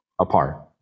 apart